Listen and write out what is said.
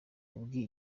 babwiye